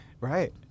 right